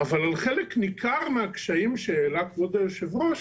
אבל על חלק ניכר מהקשיים שהעלה כבוד היושב-ראש,